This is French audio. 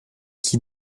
qui